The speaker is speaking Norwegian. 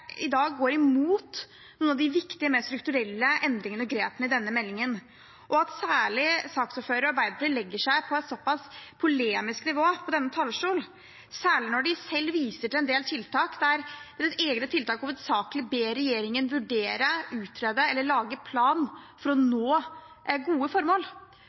i dag går imot noen av de viktige, mer strukturelle endringene og grepene i denne meldingen, og at særlig saksordføreren og Arbeiderpartiet legger seg på et såpass polemisk nivå fra denne talerstolen, særlig når de selv viser til en del tiltak der deres egne tiltak hovedsakelig ber regjeringen vurdere, utrede eller lage plan for å nå gode formål.